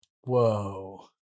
Whoa